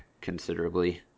considerably